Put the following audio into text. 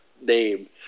name